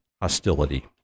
hostility